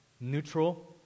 neutral